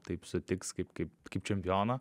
taip sutiks kaip kaip kaip čempioną